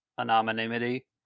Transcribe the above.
anonymity